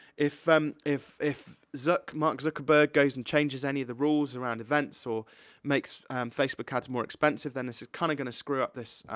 if um if zuck, mark zuckerberg goes and changes any of the rules around events, or makes facebook ads more expensive, then it's just kind of gonna screw up this,